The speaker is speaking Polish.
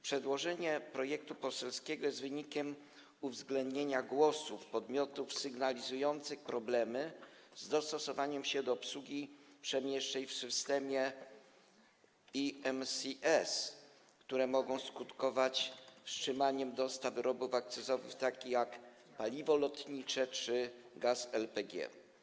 Przedłożenie projektu poselskiego jest wynikiem uwzględnienia głosów podmiotów sygnalizujących problemy z dostosowaniem się do obsługi przemieszczeń w systemie EMCS, które mogą skutkować wstrzymaniem dostaw wyrobów akcyzowych, takich jak paliwo lotnicze czy gaz LPG.